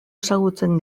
ezagutzen